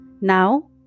now